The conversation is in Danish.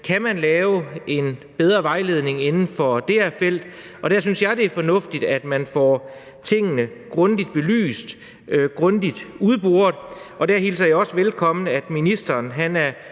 man kan lave en bedre vejledning inden for det her felt. Der synes jeg, det er fornuftigt, at man får tingene grundigt belyst, grundigt udboret, og der hilser jeg også velkommen, at ministeren er